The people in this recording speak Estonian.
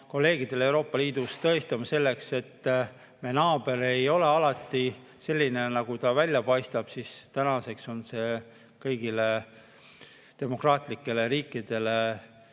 kolleegidele Euroopa Liidus tõestama, et meie naaber ei ole alati selline, nagu ta välja paistab, ning tänaseks on see kõigile demokraatlikele riikidele